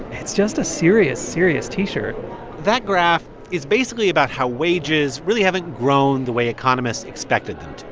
it's just a serious, serious t-shirt that graph is basically about how wages really haven't grown the way economists expected them to.